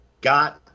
got